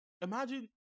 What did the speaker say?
imagine